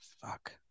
Fuck